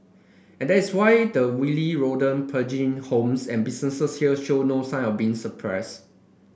and that is why the wily rodent plaguing homes and businesses here show no sign of being suppressed